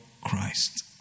Christ